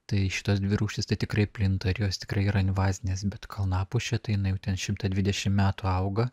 tai šitos dvi rūšys tai tikrai plinta ir jos tikrai yra invazinės bet kalnapušė tai jinai ten šimtą dvidešimt metų auga